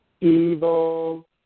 evil